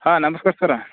ಹಾಂ ನಮ್ಸ್ಕಾರ ಸರ್